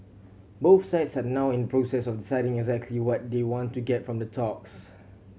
both sides are now in the process of deciding exactly what they want to get from the talks